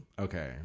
okay